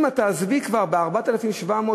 אם תעזבי כבר ב-4,700,